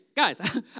Guys